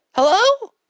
Hello